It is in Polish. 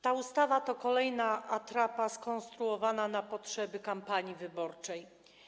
Ta ustawa to kolejna atrapa skonstruowana na potrzeby kampanii wyborczej.